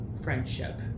friendship